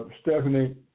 Stephanie